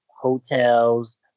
hotels